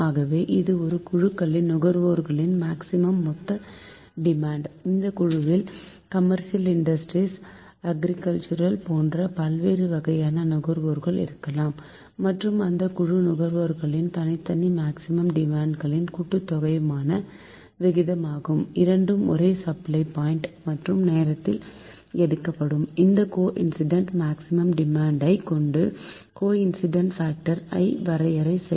ஆக இது ஒரு குழு நுகர்வோர்களின் மேக்சிமம் மொத்த டிமாண்ட் இந்த குழுவில் கமர்சியல் இண்டஸ்ட்ரியல் அக்ரிகல்ச்சுரல் போன்ற பல்வேறு வகையான நுகர்வோர்கள் இருக்கலாம் மற்றும் அந்த குழு நுகர்வோர்களின் தனித்தனி மேக்சிமம் டிமாண்ட் களின் கூட்டுத்தொகைக்குமான விகிதம் ஆகும் இரண்டும் ஒரே சப்ளை பாயிண்ட் மற்றும் நேரத்தில் எடுக்கப்படும் இந்த கோஇன்சிடென்ட் மேக்சிமம் டிமாண்ட் ஐ கொண்டு கோஇன்சிடென்ட் பாக்டர் ஐ வரையறை செய்யலாம்